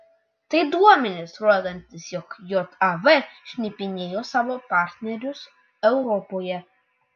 tai duomenys rodantys jog jav šnipinėjo savo partnerius europoje